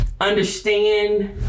understand